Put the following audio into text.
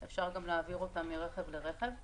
אפשר גם להעביר אותן מרכב לרכב,